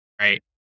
right